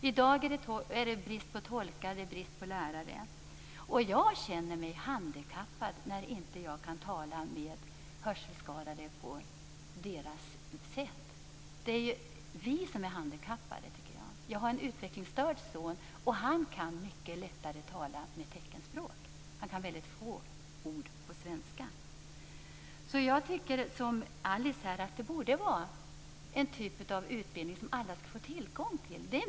I dag är det brist på tolkar och lärare, och jag känner mig handikappad när jag inte kan tala med hörselskadade på deras sätt. Jag tycker att det är vi som är handikappade. Min utvecklingsstörda son har mycket lättare att kommunicera med teckenspråk. Han kan väldigt få ord på svenska. Precis som Alice anser jag att det borde vara en typ av utbildning som alla skall få tillgång till.